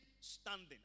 standing